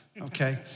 Okay